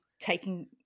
taking